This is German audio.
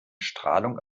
strahlung